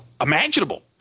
imaginable